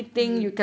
mm